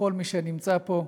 וכל מי שנמצא פה,